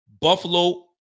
Buffalo